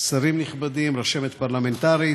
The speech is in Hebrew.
שרים נכבדים, רשמת פרלמנטרית,